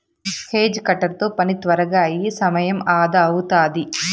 hedge cutter తో పని త్వరగా అయి సమయం అదా అవుతాది